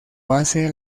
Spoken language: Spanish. base